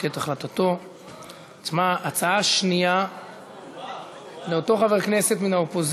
ההצעה התקבלה בקריאה טרומית ועוברת להכנה בוועדת העבודה,